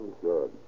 Good